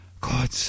God